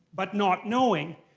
but not knowing.